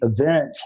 event